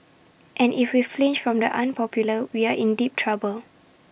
and if we flinch from the unpopular we are in deep trouble